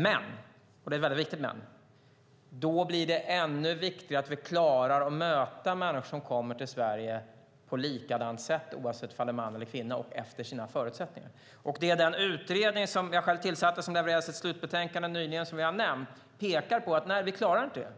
Men - och det är ett viktigt men - då blir det ännu viktigare att vi klarar att möta människor som kommer till Sverige på ett likadant sätt och efter vars och ens förutsättningar oavsett om de är män eller kvinnor. Den utredning som vi har nämnt här, som jag själv har tillsatt och som nyligen har levererat sitt slutbetänkande, pekar på detta: Vi klarar inte det här.